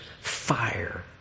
fire